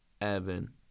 Evan